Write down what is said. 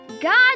God